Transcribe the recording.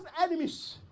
enemies